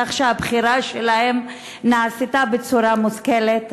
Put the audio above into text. כך שהבחירה שלהם נעשתה בצורה מושכלת.